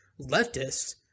leftists